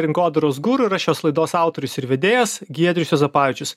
rinkodaros guru ir aš šios laidos autorius ir vedėjas giedrius juozapavičius